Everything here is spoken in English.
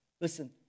Listen